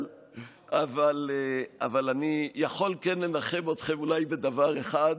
אבל אני כן יכול לנחם אתכם אולי בדבר אחד: